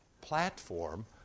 platform